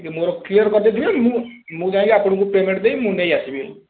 ଟିକେ ମୋର କ୍ଳିଅର କରିଦେଇଥିବେ ମୁଁ ମୁଁ ଯାଇକି ଆପଣଙ୍କୁ ପେମେଣ୍ଟ ଦେଇ ମୁଁ ନେଇ ଆସିବି